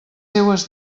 seues